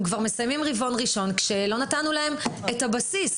אנחנו כבר מסיימים רבעון ראשון כשלא נתנו להם את הבסיס.